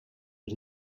but